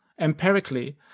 empirically